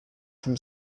from